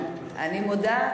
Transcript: אני מודה,